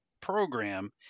program